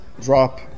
drop